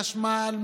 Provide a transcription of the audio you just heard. חשמל,